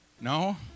No